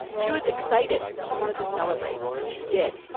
she was excited. she wanted to celebrate. and she did.